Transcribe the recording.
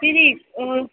फेरि अँ